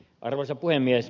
arvoisa puhemies